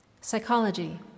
Psychology